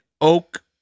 Oak